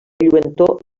lluentor